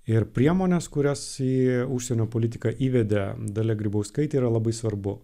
ir priemonės kurias į užsienio politiką įvedė dalia grybauskaitė yra labai svarbu